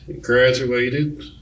graduated